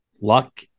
luck